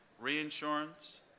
reinsurance